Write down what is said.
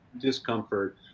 discomfort